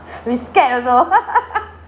we scared also